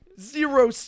zero